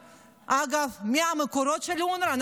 אגב, מי המקורות של אונר"א?